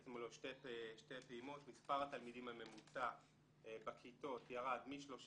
בעצם היו שתי פעימות מספר התלמידים הממוצע בכיתות ירד מ-35